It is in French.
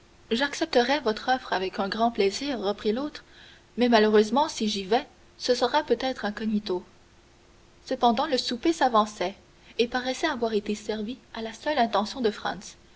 j'accepterais votre offre avec un grand plaisir reprit l'hôte mais malheureusement si j'y vais ce sera peut-être incognito cependant le souper s'avançait et paraissait avoir été servi à la seule intention de